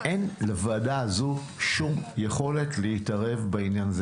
אין לוועדה הזו שום יכולת להתערב בעניין הזה,